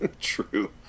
True